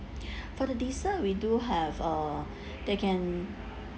for the dessert we do have uh they can